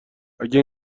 اگه